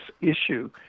issue